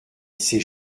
c’est